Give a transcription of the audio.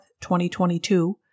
2022